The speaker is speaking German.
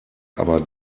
aber